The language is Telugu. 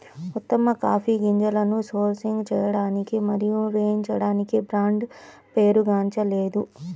ఉత్తమ కాఫీ గింజలను సోర్సింగ్ చేయడానికి మరియు వేయించడానికి బ్రాండ్ పేరుగాంచలేదు